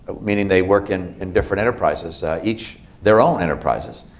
meaning they work in in different enterprises, each their own enterprises.